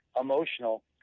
emotional